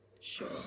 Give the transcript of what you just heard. Sure